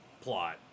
plot